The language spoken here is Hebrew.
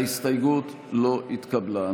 ההסתייגות לא התקבלה.